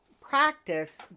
practice